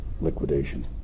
liquidation